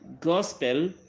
gospel